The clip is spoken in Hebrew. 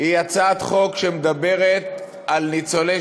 היום היא הצעת חוק שמדברת על ניצולי